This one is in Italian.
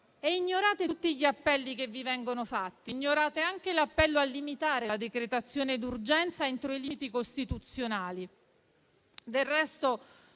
e ignorate tutti gli appelli che vi vengono fatti. Ignorate anche l'appello a limitare la decretazione d'urgenza entro i limiti costituzionali. Del resto,